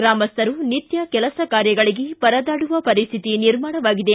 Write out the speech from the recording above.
ಗ್ರಾಮಸ್ಥರು ನಿತ್ಯ ಕೆಲಸಕಾರ್ಯಗಳಿಗೆ ಪರದಾಡುವ ಪರಿಸ್ಥಿತಿ ನಿರ್ಮಾಣವಾಗಿದೆ